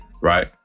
right